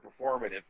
performative